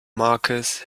markers